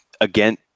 again